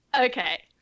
okay